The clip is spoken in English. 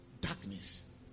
Darkness